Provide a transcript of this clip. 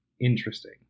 interesting